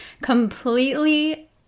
completely